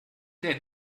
denn